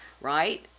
right